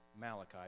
Malachi